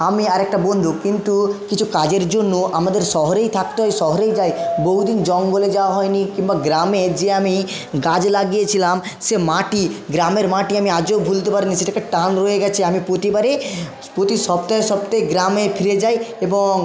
আমি আরেকটা বন্ধু কিন্তু কিছু কাজের জন্য আমাদের শহরেই থাকতে হয় শহরেই যাই বহু দিন জঙ্গলে যাওয়া হয় নি কিংবা গ্রামে যে আমি গাছ লাগিয়েছিলাম সে মাটি গ্রামের মাটি আমি আজও ভুলতে পারিনি সেটা একটা টান রয়ে গেছে আমি প্রতিবারেই প্রতি সপ্তাহে সপ্তাহে গ্রামে ফিরে যাই এবং